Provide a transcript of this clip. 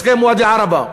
הסכם "ואדי ערבה".